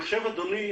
אדוני,